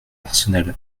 arsenal